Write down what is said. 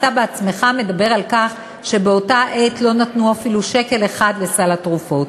אתה בעצמך מדבר על כך שבאותה עת לא נתנו אפילו שקל אחד לסל התרופות.